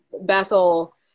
Bethel